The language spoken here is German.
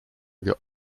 wir